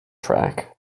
track